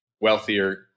wealthier